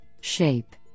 shape